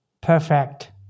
perfect